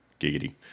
giggity